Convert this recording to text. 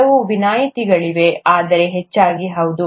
ಕೆಲವು ವಿನಾಯಿತಿಗಳಿವೆ ಆದರೆ ಹೆಚ್ಚಾಗಿ ಹೌದು